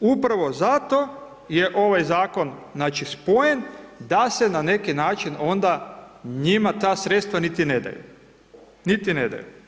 upravo zato je ovaj zakon znači spojen da se na neki način onda njima ta sredstva niti ne daju, niti ne daju.